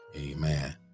Amen